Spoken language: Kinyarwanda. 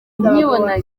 nkibona